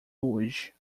hoje